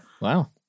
Wow